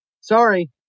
sorry